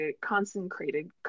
concentrated